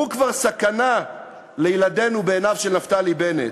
הוא כבר סכנה לילדינו בעיניו של נפתלי בנט.